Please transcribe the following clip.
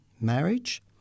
marriage